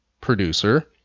producer